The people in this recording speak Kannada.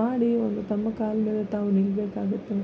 ಮಾಡಿ ಒಂದು ತಮ್ಮ ಕಾಲ ಮೇಲೆ ತಾವು ನಿಲ್ಲಬೇಕಾಗತ್ತೆ